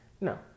No